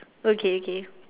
okay okay